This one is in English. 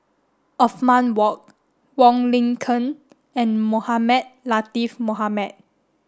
Othman Wok Wong Lin Ken and Mohamed Latiff Mohamed